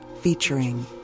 featuring